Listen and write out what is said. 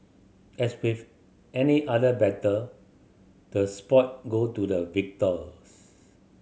as with any other battle the spoil go to the victors